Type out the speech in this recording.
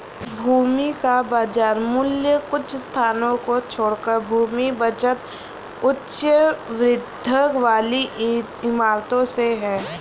भूमि का बाजार मूल्य कुछ स्थानों को छोड़कर भूमि बचत उच्च वृद्धि वाली इमारतों से है